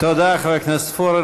תודה, חבר הכנסת פורר.